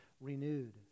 renewed